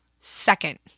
second